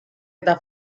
eta